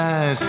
Nice